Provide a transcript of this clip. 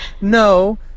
no